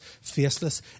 faceless